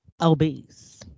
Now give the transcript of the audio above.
obese